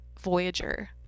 Voyager